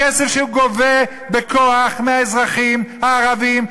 בכסף שהוא גובה בכוח מהאזרחים הערבים,